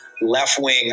left-wing